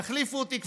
תחליפו אותי,